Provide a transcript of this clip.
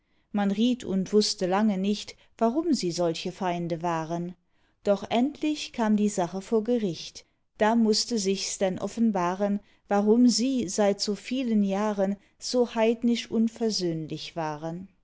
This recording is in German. man riet und wußte lange nicht warum sie solche feinde waren doch endlich kam die sache vor gericht da mußte sichs denn offenbaren warum sie seit so vielen jahren so heidnisch unversöhnlich waren